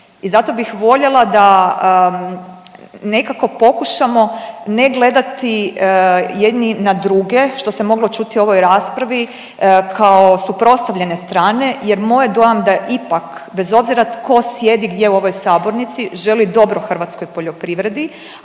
I zato bih voljela da nekako pokušamo ne gledati jedni na druge što se moglo čuti u ovoj raspravi kao suprotstavljene strane jer moj je dojam da ipak bez obzir tko sjedi gdje u ovoj sabornici želi dobro hrvatskoj poljoprivredi,